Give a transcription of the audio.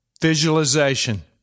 Visualization